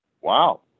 wow